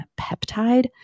peptide